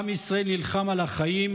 עם ישראל נלחם על החיים,